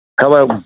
Hello